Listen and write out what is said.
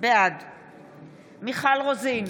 בעד מיכל רוזין,